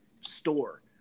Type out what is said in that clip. store